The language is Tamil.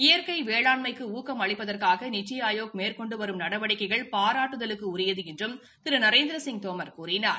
இயற்கை வேளாண்மைக்கு ஊக்கம் அளிப்பதற்காக நித்தி ஆயோக் மேற்னொன்டு வரும் நடவடிக்கைகள் பாராட்டுதலுக்குரியது என்றும் திரு நரேந்திரசிங் தோமர் கூறினார்